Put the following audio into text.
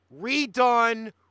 redone